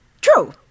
True